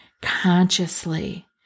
consciously